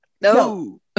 No